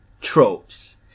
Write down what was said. tropes